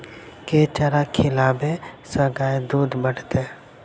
केँ चारा खिलाबै सँ गाय दुध बढ़तै?